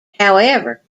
however